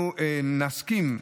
אנחנו נסכים,